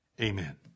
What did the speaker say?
Amen